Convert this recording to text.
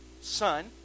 son